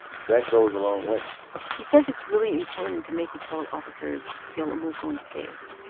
that goes a long way he says it's really important to make his fellow officers feel emotionally safe.